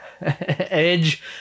edge